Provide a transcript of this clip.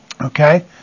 Okay